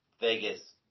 Vegas